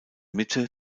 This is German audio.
mitte